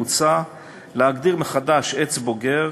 מוצע להגדיר מחדש עץ בוגר